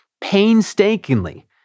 painstakingly